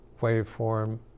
waveform